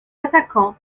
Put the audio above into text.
attaquant